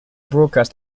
broadcast